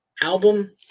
Album